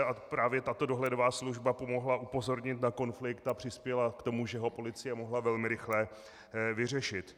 A právě tato dohledová služba pomohla upozornit na konflikt a přispěla k tomu, že ho policie mohla velmi rychle vyřešit.